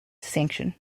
sanction